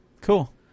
Cool